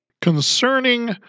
concerning